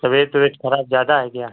तबियत वबियत ख़राब ज़्यादा है क्या